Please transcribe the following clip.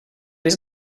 was